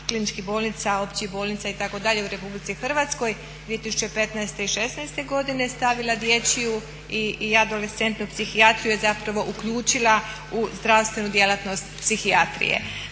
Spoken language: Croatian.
kliničkih bolnica, općih bolnica itd. u RH 2015. i 2016. godine stavila dječju i adolescentnu psihijatriju i zapravo uključila u zdravstvenu djelatnost psihijatrije.